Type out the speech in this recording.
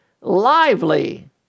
lively